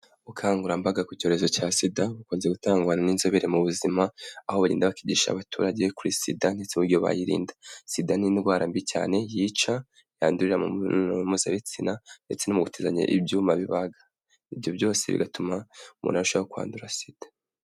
Ubukangurambaga ku cyorezo cya sida, bukunze gutangwa n'inzobere mu buzima, aho barinda bakigisha abaturage kuri sida ndetse n'uburyo bayirinda, sida n'indwara mbi cyane yica, yandurira mu mibonano mpuzabitsina ndetse no mu gutizanya ibyuma bibaga, ibyo byose bigatuma umuntu ashobora kwandura sida.